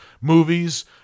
movies